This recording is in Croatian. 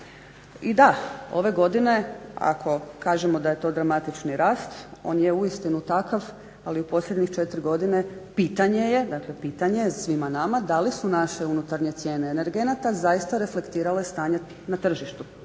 I da, ove godine ako kažemo da je to dramatični rast on je uistinu takav ali u posljednjih 4 godine pitanje je svima nama da li su naše unutarnje cijene energenata zaista reflektirale stanje na tržištu.